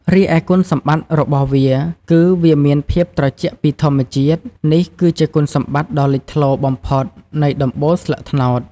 រីឯគុណសម្បត្តិរបស់វាគឺ វាមានភាពត្រជាក់ពីធម្មជាតិ នេះគឺជាគុណសម្បត្តិដ៏លេចធ្លោបំផុតនៃដំបូលស្លឹកត្នោត។